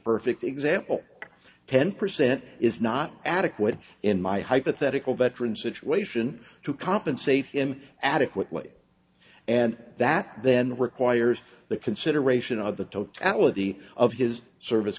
perfect example ten percent is not adequate in my hypothetical veteran situation to compensate him adequately and that then requires the consideration of the totality of his service